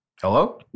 Hello